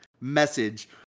message